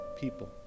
people